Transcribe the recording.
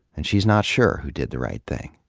and she's not sure who d id the right thing.